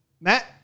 Matt